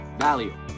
value